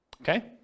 Okay